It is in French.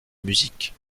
musique